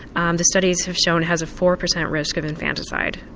um the studies have shown has a four percent risk of infanticide,